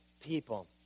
people